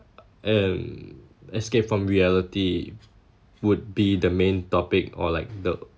um escape from reality would be the main topic or like the